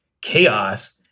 chaos